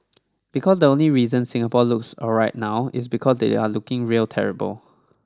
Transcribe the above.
because the only reason Singapore looks alright now is because they are looking real terrible